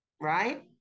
right